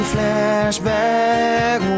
Flashback